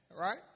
Right